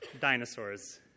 dinosaurs